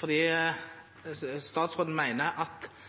for statsråden mener at